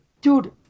Dude